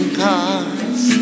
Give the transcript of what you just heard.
cars